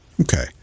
Okay